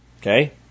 Okay